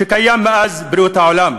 שקיימים מאז בריאת העולם.